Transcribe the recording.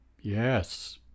yes